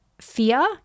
fear